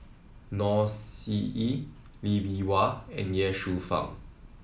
Noor See Yee Lee Bee Wah and Ye Shufang